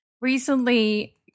Recently